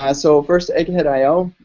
ah so first egghead io.